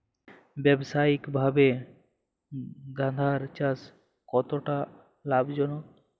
ব্যবসায়িকভাবে গাঁদার চাষ কতটা লাভজনক?